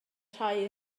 rhai